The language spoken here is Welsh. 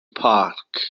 park